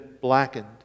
blackened